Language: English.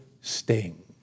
sting